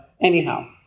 anyhow